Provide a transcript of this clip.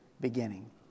beginning